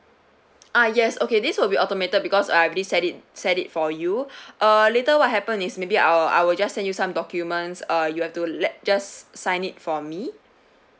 ah yes okay this will be automated because I've already set it set it for you uh later what happen is maybe I'll I will just send you some documents uh you have to let just sign it for me